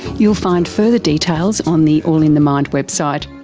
you'll find further details on the all in the mind website.